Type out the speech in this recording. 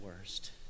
worst